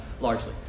largely